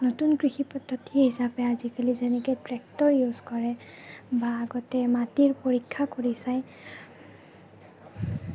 নতুন কৃষি পদ্ধতি হিচাপে আজিকালি যেনেকে ট্ৰেক্টৰ ইউজ কৰে বা আগতে মাটিৰ পৰীক্ষা কৰি চায়